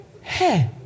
Hey